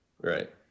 Right